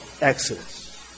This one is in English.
Exodus